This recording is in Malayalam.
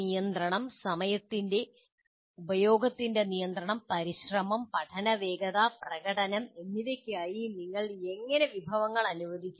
നിയന്ത്രണം സമയ ഉപയോഗത്തിന്റെ നിയന്ത്രണം പരിശ്രമം പഠന വേഗത പ്രകടനം എന്നിവയ്ക്കായി നിങ്ങൾ എങ്ങനെ വിഭവങ്ങൾ അനുവദിക്കും